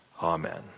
amen